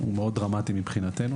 דרמטי מאוד מבחינתנו,